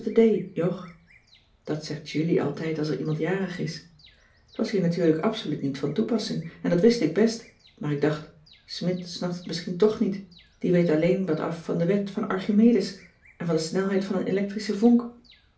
jog dat zegt julie altijd als er iemand jarig is t was hier natuurlijk absoluut niet van toepassing en dat wist ik best maar ik dacht smidt snapt het misschien toch niet die weet alleen wat af van de wet van archimedes en van de snelheid van een electrische vonk